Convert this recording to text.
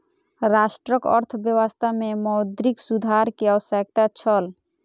राष्ट्रक अर्थव्यवस्था में मौद्रिक सुधार के आवश्यकता छल